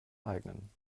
eigenen